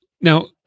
now